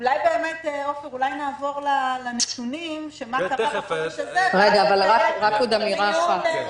אולי נעבור לנתונים של מה קרה בחודש הזה --- רק עוד אמירה אחת.